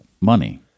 money